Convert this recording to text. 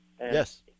Yes